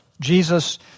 Jesus